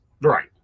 Right